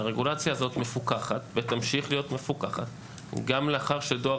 והרגולציה הזאת מפוקחת ותמשיך להיות מפוקחת גם לאחר שדואר